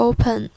Open